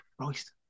christ